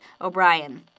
O'Brien